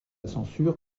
censure